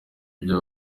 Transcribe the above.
ibyo